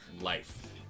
life